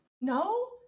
no